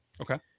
Okay